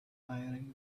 firing